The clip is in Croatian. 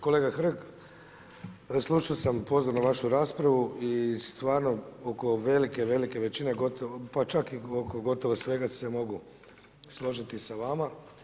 Kolega Hrg, slušao sam pozorno vašu raspravu i stvarno oko velike, velike većine, gotovo, pa čak i oko gotovo svega se mogu složiti sa vama.